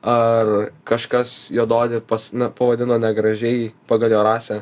ar kažkas juodaodį pas na pavadino negražiai pagal jo rasę